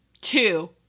two